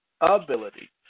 ability